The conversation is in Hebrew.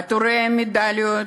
עטורי המדליות,